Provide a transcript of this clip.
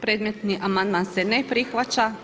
Predmetni amandman se ne prihvaća.